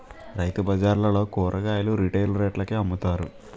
రైతుబజార్లలో కూరగాయలు రిటైల్ రేట్లకే అమ్ముతారు